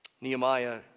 Nehemiah